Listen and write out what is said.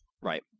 Right